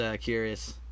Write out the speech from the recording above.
curious